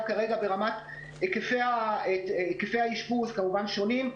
כרגע ברמת היקפי האשפוז כמובן שונים.